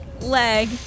leg